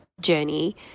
journey